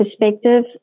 perspective